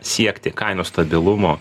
siekti kainų stabilumo